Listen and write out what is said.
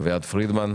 אביעד פרידמן.